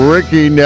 Ricky